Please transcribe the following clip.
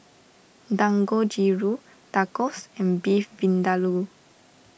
Dangojiru Tacos and Beef Vindaloo